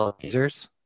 users